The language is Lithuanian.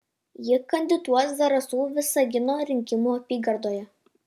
ji kandidatuos zarasų visagino rinkimų apygardoje